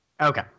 Okay